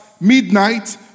midnight